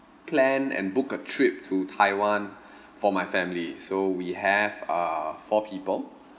plan and book a trip to taiwan for my family so we have uh four people